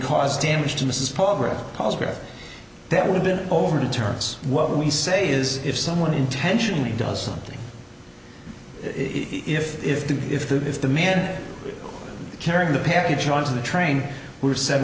cause damage to mrs progress that we've been over determines what we say is if someone intentionally does something if if the if the if the man carrying the package onto the train who said